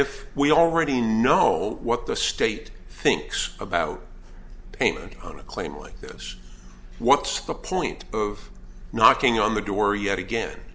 if we already know what the state thinks about payment on a claim like this what's the point of knocking on the door yet again